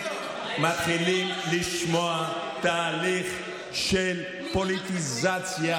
האחרונים מתחילים לשמוע תהליך של פוליטיזציה,